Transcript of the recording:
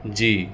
جی